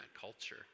culture